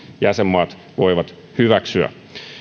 jäsenmaat voivat hyväksyä